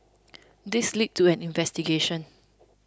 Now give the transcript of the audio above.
this led to an investigation